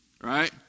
right